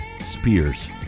Spears